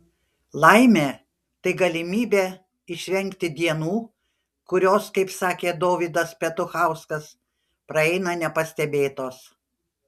laimė tai galimybė išvengti dienų kurios kaip sakė dovydas petuchauskas praeina nepastebėtos